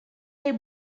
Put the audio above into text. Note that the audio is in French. les